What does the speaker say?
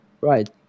Right